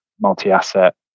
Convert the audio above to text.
multi-asset